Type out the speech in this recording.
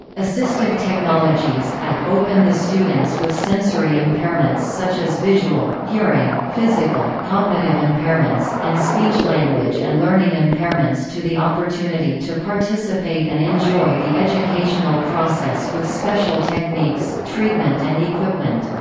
assistive technologies open the students with sensory impairments such as visual, hearing, physical, cognitive impairments, and speech-language and learning impairments to the opportunity to participate and enjoy the educational process with special techniques, treatment and equipment.